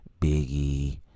Biggie